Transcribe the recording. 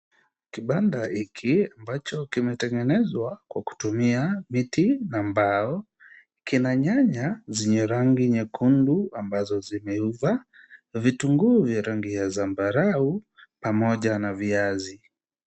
Kibanda hiki ambacho kimetengenezwa kwa kutumia miti na mbao kina nyanya zenye rangi nyekundu ambazo zimeiva. Vitunguu vya rangi zambarau pamoja na viazi.